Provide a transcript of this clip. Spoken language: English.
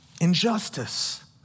injustice